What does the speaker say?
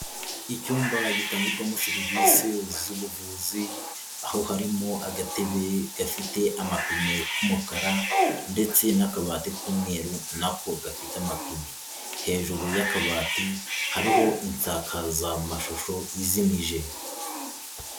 Icyumba gitangirwamo serivisi z'ubuvuzi, aho harimo agatebe gafite amapine k'umukara ndetse n'akabati k'umweru nako gafite amapine, hejuru y'akabati hariho insakazaamashusho izimije.